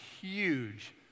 huge